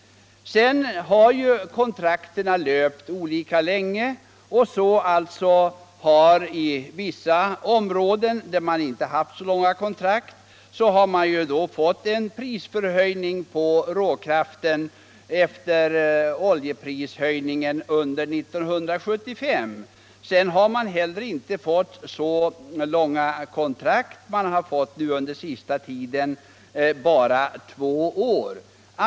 Sedan har kontrakten löpt olika länge, och i vissa områden där man inte haft så långa kontraktstider har man fått en prishöjning på råkraften efter oljeprishöjningen under 1975. Man har heller inte fått så långvariga kontrakt — under den senaste tiden bara två års kontrakt.